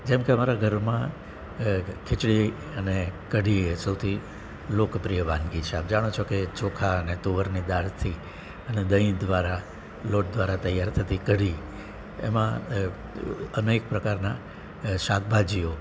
જેમ કે અમારા ઘરમાં ખીચળી અને કઢી એ સૌથી લોકપ્રિય વાનગી છે આપ જાણો છો કે ચોખા અને તુવેરની દાળથી અને દહીં દ્વારા લોટ દ્વારા તૈયાર થતી કઢી એમાં અનેક પ્રકારના શાકભાજીઓ